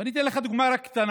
ואני אתן לך רק דוגמה קטנה,